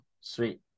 Sweet